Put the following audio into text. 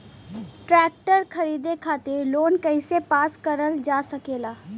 Tractor खरीदे खातीर loan कइसे पास करल जा सकेला?